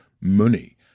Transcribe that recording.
money